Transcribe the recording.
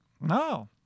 No